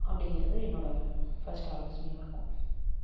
அப்படிங்கிறது என்னோட ஃபர்ஸ்ட் ஆலோசனையாக இருக்கும்